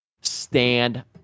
stand